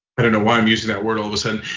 i don't know why i'm using that word all of a